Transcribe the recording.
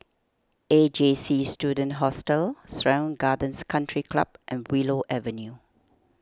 A J C Student Hostel Serangoon Gardens Country Club and Willow Avenue